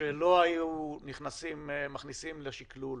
שלא היו מכניסים לשקלול